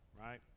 right